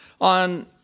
on